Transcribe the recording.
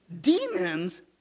demons